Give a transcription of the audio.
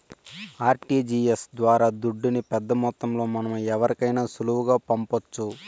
RTGS ద్వారా దుడ్డుని పెద్దమొత్తంలో మనం ఎవరికైనా సులువుగా పంపొచ్చు